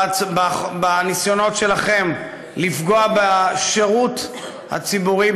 בניסיונות שלכם לפגוע בשירות הציבורי,